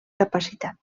capacitat